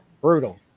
brutal